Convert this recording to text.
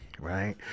right